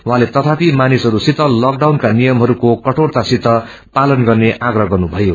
उहाँले तथापि मानिसहरू सित लकडाउनका नियमहरूको कठोरतासित पालन गर्ने आप्रह गर्नुभयो